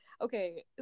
okay